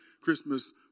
Christmas